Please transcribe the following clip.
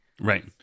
Right